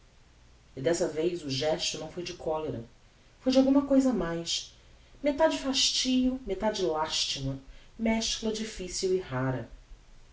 e desta vez o gesto não foi de colera foi de alguma cousa mais metade fastio metade lastima mescla difficil e rara